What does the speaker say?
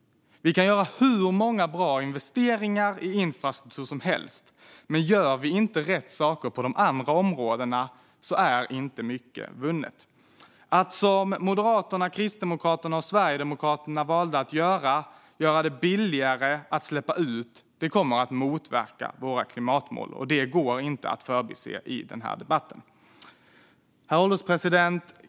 Vi kan göra hur många bra investeringar i infrastruktur som helst, men gör vi inte rätt saker på de andra områdena är inte mycket vunnet. Att göra det billigare att släppa ut, som Moderaterna, Kristdemokraterna och Sverigedemokraterna valde att göra, kommer att motverka våra klimatmål. Det går inte att förbise i denna debatt. Herr ålderspresident!